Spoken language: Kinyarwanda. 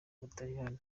butaliyani